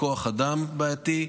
זה כוח אדם בעייתי,